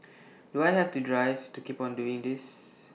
do I have the drive to keep on doing this